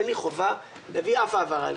אין לי חובה להביא אליכם אף העברה.